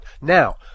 Now